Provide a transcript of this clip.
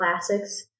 classics